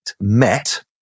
met